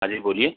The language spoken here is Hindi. हाँ जी बोलिए